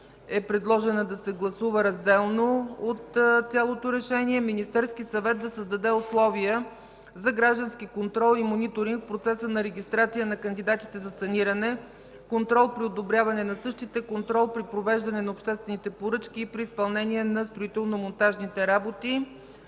е предложена да се гласува разделно от цялото решение, е: „5. Министерският съвет да създаде условия за граждански контрол и мониторинг в процеса на регистрация на кандидатите за саниране, контрол при одобряване на същите, контрол при провеждане на обществените поръчки и при изпълнение на строително-монтажните работи.”